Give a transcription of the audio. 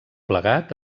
plegat